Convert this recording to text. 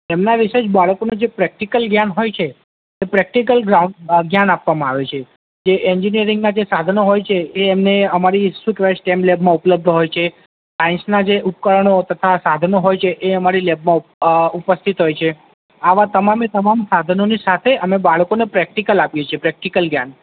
એમના વિષે જ બાળકોને જે પ્રેક્ટિકલ જ્ઞાન હોય છે એ પ્રેક્ટિકલ જ્ઞા જ્ઞાન આપવામાં આવે છે જે એન્જીનીયરીંગમાં સાધનો હોય છે એ એમને અમારી શું કહેવાય સ્ટેમ લેબમાં ઉપલબ્ધ હોય છે સાયન્સના જે ઉપકરણો તથા સાધનો હોય છે એ અમારી લેબમાં ઉપસ્થિત હોય છે આવા તમામે તમામ સાધનોની સાથે અમે બાળકોને પ્રેક્ટિકલ આપીએ છીએ પ્રેક્ટિકલ જ્ઞાન